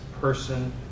person